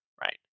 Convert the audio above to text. right